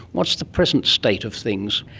what's the present state of things?